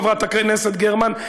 חברת הכנסת גרמן,